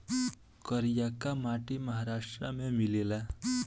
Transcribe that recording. करियाका माटी महाराष्ट्र में मिलेला